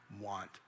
want